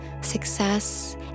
success